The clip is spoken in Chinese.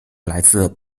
来自